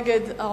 ארבעה נגד,